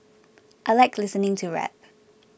I like listening to rap